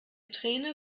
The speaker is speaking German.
träne